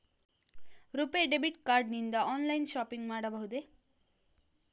RuPay debit card ನಿಂದ online shopping ಮಾಡಬಹುದೇ?